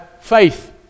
faith